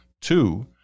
Two